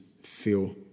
feel